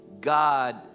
God